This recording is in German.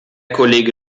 kollege